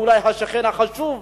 שהוא אולי השכן החשוב באזור.